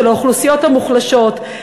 של האוכלוסיות המוחלשות,